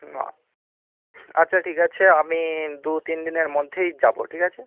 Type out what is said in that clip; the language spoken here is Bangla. হুম আচ্ছা ঠিক আছে আমি দু তিনদিনের মধ্যেই যাব ঠিক আছে